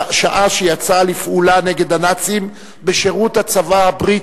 שעה שיצא לפעולה נגד הנאצים בשירות הצבא הבריטי,